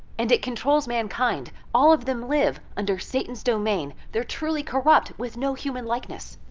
and it controls mankind. all of them live under satan's domain. they're truly corrupt with no human likeness.